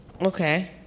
Okay